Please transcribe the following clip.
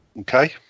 Okay